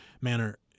manner